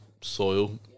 soil